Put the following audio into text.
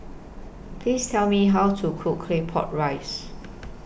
Please Tell Me How to Cook Claypot Rice